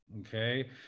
Okay